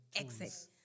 access